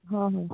ହ ହଉ